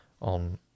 On